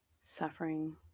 suffering